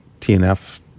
TNF